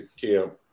camp